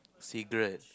cigarette